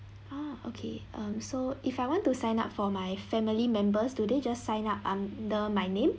ah okay um so if I want to sign up for my family members do they they just sign up um under my name